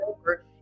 over